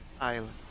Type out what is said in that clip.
island